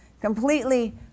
Completely